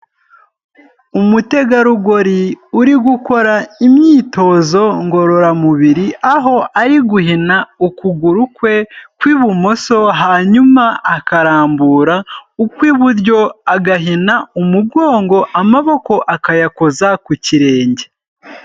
Umutegarugori uri gukora imyitozo ngororamubiri, aho ari guhina ukuguru kwe kw'ibumoso hanyuma akarambura ukw'iburyo, agahina umugongo, amaboko akayakoza ku kirenge.